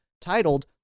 titled